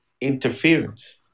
interference